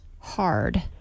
Hard